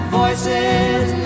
voices